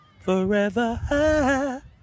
forever